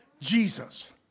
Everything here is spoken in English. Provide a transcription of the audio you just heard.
Jesus